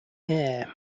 air